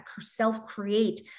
self-create